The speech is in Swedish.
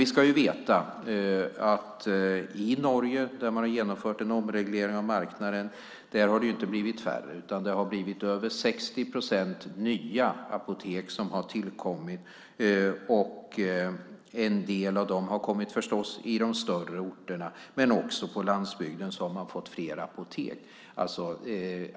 Vi ska veta att i Norge där man har genomfört en omreglering av marknaden har det inte blivit färre, utan det har blivit 60 procent nya apotek som har tillkommit. En del av dem har förstås kommit i de större orterna. Men också på landsbygden har man fått fler apotek.